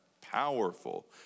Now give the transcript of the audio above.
powerful